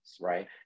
right